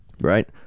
Right